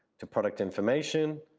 to product information.